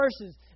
verses